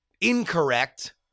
incorrect